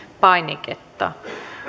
painiketta